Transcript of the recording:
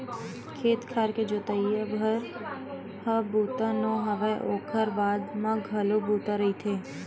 खेत खार के जोतइच भर ह बूता नो हय ओखर बाद म घलो बूता रहिथे